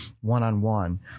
one-on-one